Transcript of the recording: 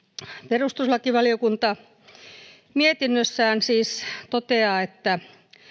perustuslakivaliokunta mietinnössään siis toteaa että